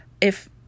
if-